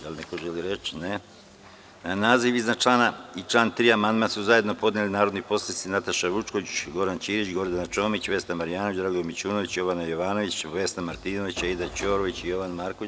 Da li neko želi reč? (Ne) Na naziv iznad člana i član 3. amandman su zajedno podneli narodni poslanici Nataša Vučković, Goran Ćirić, Gordana Čomić, Vesna Marjanović, Dragoljub Mićunović, Jovana Jovanović, Vesna Martinović, Aida Ćorović i Jovan Marković.